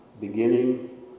beginning